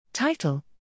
Title